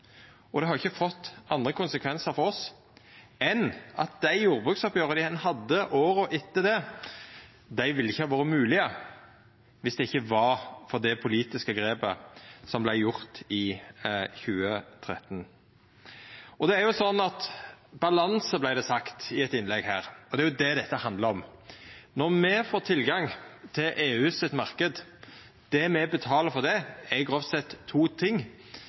og det har ikkje fått andre konsekvensar for oss enn at dei jordbruksoppgjera ein hadde i åra etter det, ikkje ville vore moglege om det ikkje var for det politiske grepet som vart gjort i 2013. Balanse vart det sagt i eit innlegg her, og det er det dette handlar om. Når me får tilgang til EUs marknad, er det me betaler for det, grovt sett to ting: